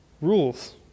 Rules